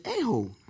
a-hole